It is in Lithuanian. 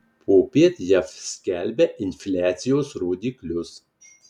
popiet jav skelbia infliacijos rodiklius